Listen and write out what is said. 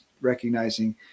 recognizing